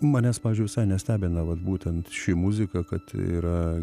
manęs pavyzdžiui visai nestebina vat būtent ši muzika kad yra